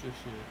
就是